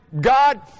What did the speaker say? God